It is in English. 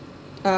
uh